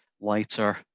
lighter